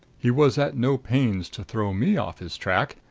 he was at no pains to throw me off his track,